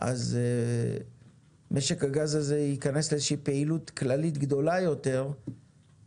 אז משק הגז הזה ייכנס לאיזו שהיא פעילות כללית גדולה יותר ואז